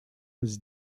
was